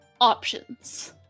options